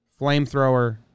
Flamethrower